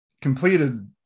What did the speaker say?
completed